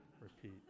Repeat